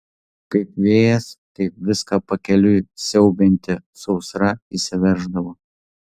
kaip vėjas kaip viską pakeliui siaubianti sausra įsiverždavo